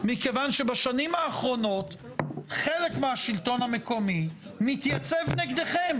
מכיוון שבשנים האחרונות חלק מהשלטון המקומי מתייצב נגדכם.